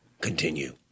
Continue